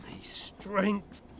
strength